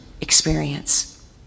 experience